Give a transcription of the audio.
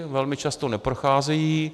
Velmi často neprocházejí.